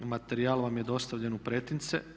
Materijal vam je dostavljen u pretince.